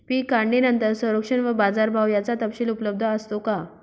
पीक काढणीनंतर संरक्षण व बाजारभाव याचा तपशील उपलब्ध असतो का?